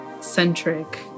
centric